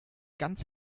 ganz